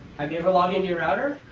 have you ever logged into your router?